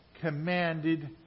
commanded